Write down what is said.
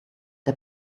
der